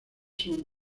son